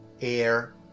air